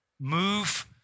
move